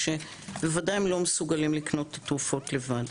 ושבוודאי הם לא מסוגלים לקנות את התרופות לבד.